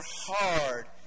hard